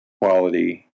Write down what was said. quality